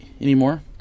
anymore